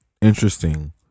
interesting